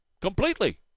completely